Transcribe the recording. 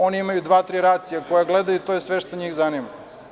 Oni imaju dva-tri racia koja gledaju i to je sve što njih zanima.